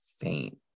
faint